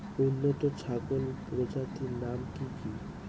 উন্নত ছাগল প্রজাতির নাম কি কি?